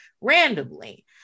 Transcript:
randomly